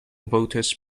voters